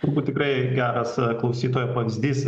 turbūt tikrai geras klausytojo pavyzdys